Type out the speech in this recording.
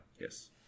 Yes